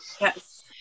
Yes